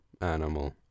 animal